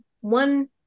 one